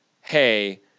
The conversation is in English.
hey